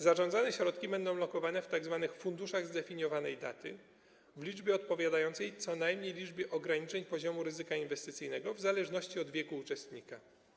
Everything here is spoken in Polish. Zarządzane środki będą lokowane w tzw. funduszach zdefiniowanej daty w liczbie odpowiadającej co najmniej liczbie ograniczeń poziomu ryzyka inwestycyjnego w zależności od wieku uczestnika.